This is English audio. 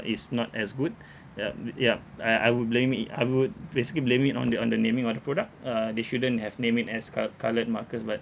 it's not as good yup yup I I would blame it I would basically blame it on the on the naming of the product uh they shouldn't have named it as cod~ coloured markers but